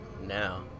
now